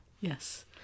Yes